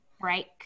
break